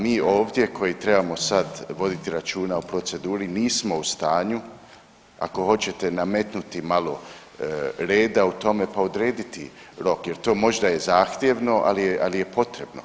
Mi ovdje koji trebamo sad voditi računa o proceduri nismo u stanju ako hoćete nametnuti malo reda u tome, pa odrediti rok jer to možda je zahtjevno ali je potrebno.